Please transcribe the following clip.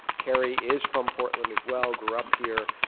carrie is from portland as well, grew up here.